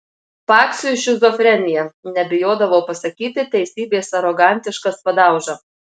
paksiui šizofrenija nebijodavo pasakyti teisybės arogantiškas padauža